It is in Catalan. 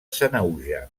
sanaüja